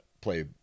play